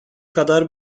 kadar